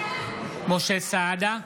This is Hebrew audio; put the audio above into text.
משה סעדה,